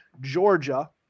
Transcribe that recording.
Georgia